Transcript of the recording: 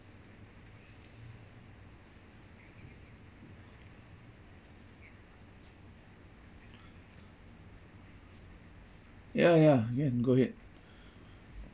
ya ya can go ahead